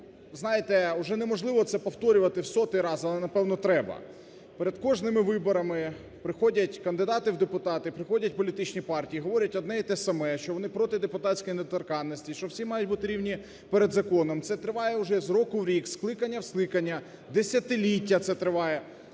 знаєте, уже неможливо це повторювати в сотий раз, але напевне треба. Перед кожними виборами приходять кандидати в депутати, приходять політичні партії, говорять одне і те саме, що вони проти депутатської недоторканності, що всі мають бути рівні перед законом. Це триває вже з року в рік, зі скликання в скликання, десятиліття це триває.